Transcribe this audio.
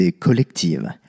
Collective